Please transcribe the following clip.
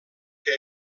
que